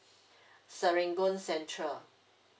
serangoon central